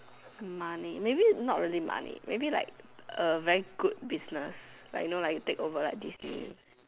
money maybe not really money maybe like a very good business you know like you take over like Disney